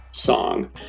song